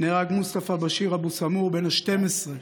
נהרג מוסטפא בשיר אבו סמור בן ה-12,